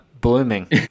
blooming